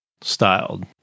styled